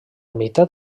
meitat